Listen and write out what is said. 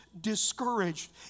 discouraged